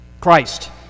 Christ